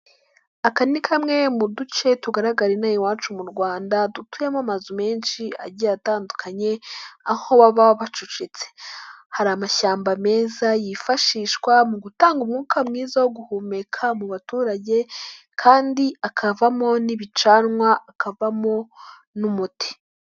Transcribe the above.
Aka ni kamwe mu duce tugaragara ino aha iwacu mu Rwanda, dutuyemo amazu menshi agiye atandukanye, aho baba bacucetse, hari amashyamba meza yifashishwa mu gutanga umwuka mwiza wo guhumeka mu baturage kandi akavamo n'ibicanwa, akabamo n'umuti.